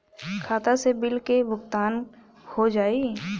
खाता से बिल के भुगतान हो जाई?